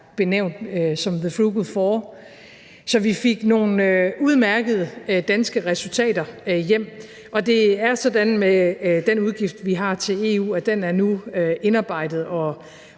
benævnt »The Frugal Four«. Så vi fik nogle udmærkede danske resultater hjem. Det er sådan med den udgift, vi har til EU, at den nu er indarbejdet og